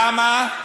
למה?